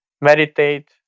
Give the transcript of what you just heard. meditate